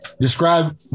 describe